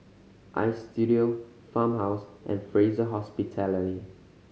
Istudio Farmhouse and Fraser Hospitality